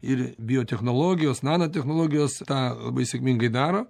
ir biotechnologijos nanotechnologijos tą labai sėkmingai daro